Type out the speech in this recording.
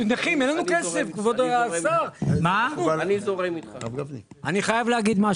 גם מבחינה הגינות רפואית וגם מבחינת מה שהוא חייב לו.